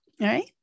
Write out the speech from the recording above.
Right